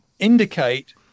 indicate